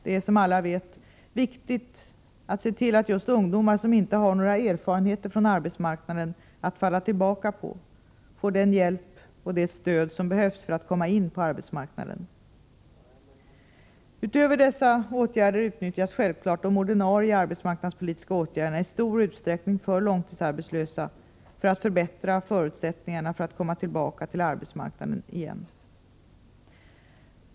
Det är, som alla vet, viktigt att se till att just ungdomar som inte har några erfarenheter från arbetsmarknaden att falla tillbaka på får den hjälp och det stöd som behövs för att komma in på arbetsmarknaden. Utöver dessa åtgärder utnyttjas självfallet i stor utsträckning de ordinarie arbetsmarknadspolitiska åtgärderna för att förbättra förutsättningarna för långtidsarbetslösa att komma tillbaka till arbetsmarknaden igen.